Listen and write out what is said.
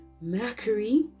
mercury